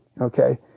okay